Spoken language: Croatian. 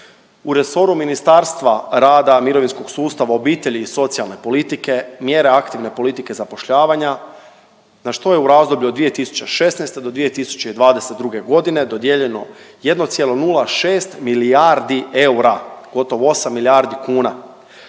U resoru Ministarstva rada, mirovinskog sustava, obitelji i socijalne politike, mjere aktivne politike zapošljavanja na što je u razdoblju od 2016. do 2022. godine dodijeljeno 1,06 milijardi eura, gotovo 8 milijardi kuna